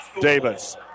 Davis